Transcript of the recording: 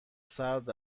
سرد